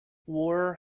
war